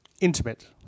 Intimate